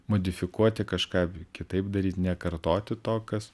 modifikuoti kažką kitaip daryt nekartoti to kas